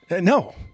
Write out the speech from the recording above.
No